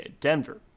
Denver